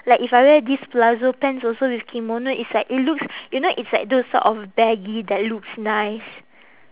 like if I wear this palazzo pants also with kimono it's like it looks you know it's like those sort of baggy that looks nice